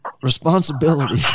responsibility